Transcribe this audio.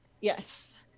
Yes